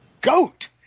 goat